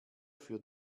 für